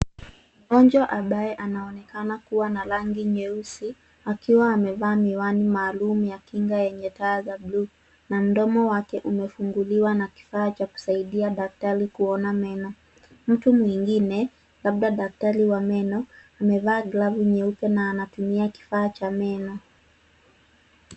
Mgonjwa ambaye anaonekana kuwa na rangi nyeusi, akiwa amevaa miwani maalum ya kinga yenye taa za bluu na mdomo mwake umefunguliwa na kifaa cha kusaidia daktari kuona meno. Mtu mwingine, labda daktari wa meno amevaa glavu nyeupe na anatumia kifaa cha meno.